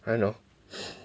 I don't know